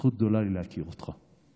זכות גדולה היא לי להכיר אותך.